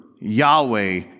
Yahweh